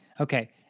Okay